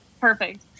Perfect